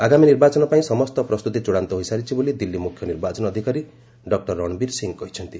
ଆଗାମୀ ନିର୍ବାଚନ ପାଇଁ ସମସ୍ତ ପ୍ରସ୍ତୁତି ଚୂଡ଼ାନ୍ତ ହୋଇସାରିଛି ବୋଲି ଦିଲ୍ଲୀ ମୁଖ୍ୟ ନିର୍ବାଚନ ଅଧିକାରୀ ଡକ୍ଟର ରଣବୀର ସିଂହ କହିଚ୍ଛନ୍ତି